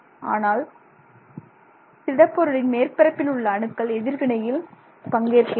ஆனால் திடபொருளின் மேற்பரப்பில் உள்ள அணுக்கள் எதிர்வினையில் பங்கேற்கின்றன